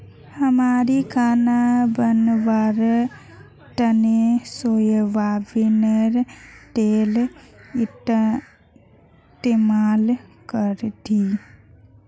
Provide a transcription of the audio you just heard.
हामी खाना बनव्वार तने सोयाबीनेर तेल इस्तेमाल करछी